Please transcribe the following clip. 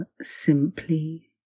simply